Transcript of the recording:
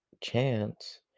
chance